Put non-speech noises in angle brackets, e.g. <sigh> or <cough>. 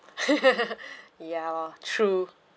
<laughs> ya lor true